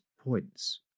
points